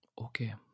okay